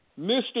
Mr